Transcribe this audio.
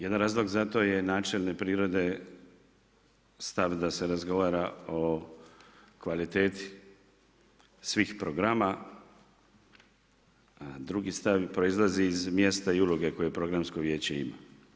Jedan razlog za to je načelne prirode stav da se razgovara o kvaliteti svih programa, a drugi stav proizlazi iz mjesta i uloge koje Programsko vijeće ima.